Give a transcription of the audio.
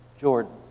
Jordan